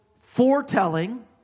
foretelling